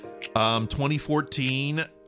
2014